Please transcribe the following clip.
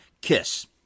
Kiss